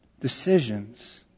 Decisions